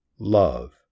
Love